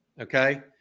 Okay